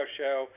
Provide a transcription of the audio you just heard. show